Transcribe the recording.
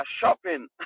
shopping